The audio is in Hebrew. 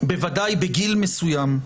בוודאי לגיל מסוים,